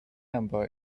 number